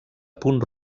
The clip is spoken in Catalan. punt